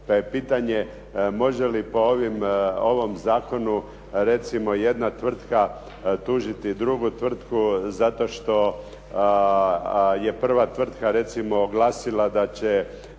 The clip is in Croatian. Pa je pitanje, može li po ovom zakonu recimo jedna tvrtka tužiti drugu tvrtku zato što je prva tvrtka recimo oglasila da će